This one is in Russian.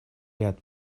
ряд